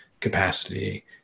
capacity